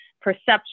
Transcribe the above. perception